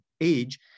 age